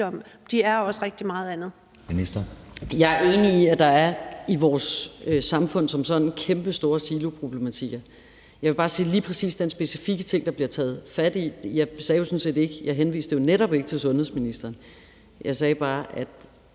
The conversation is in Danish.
de er også rigtig meget andet.